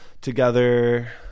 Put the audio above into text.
together